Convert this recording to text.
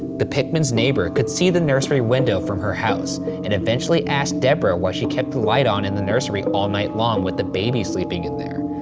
the pickmans' neighbor could see the nursery window from her house and eventually asked debra why she kept the light on in the nursery all night long with the baby sleeping in there.